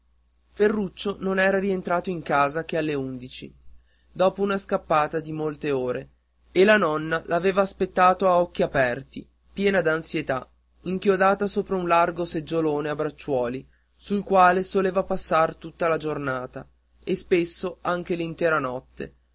ferruccio non era rientrato in casa che alle undici dopo una scappata di molte ore e la nonna l'aveva aspettato a occhi aperti piena d'ansietà inchiodata sopra un largo seggiolone a bracciuoli sul quale soleva passar tutta la giornata e spesso anche l'intera notte